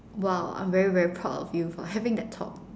!wow! I'm very very proud of you for having that thought